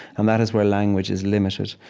and that is where language is limited.